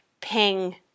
ping